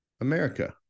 America